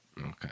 Okay